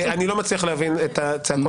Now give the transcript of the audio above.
אני לא מצליח להבין את הצעקות.